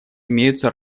имеются